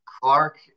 Clark